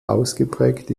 ausgeprägt